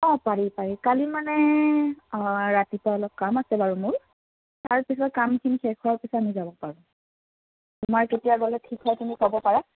অ' পাৰি পাৰি কালি মানে ৰাতিপুৱা অলপ কাম আছে বাৰু মোৰ তাৰপিছত কামখিনি শেষ হোৱাৰ পিছত আমি যাব পাৰোঁ তোমাৰ কেতিয়া গ'লে ঠিক হয় তুমি ক'ব পাৰা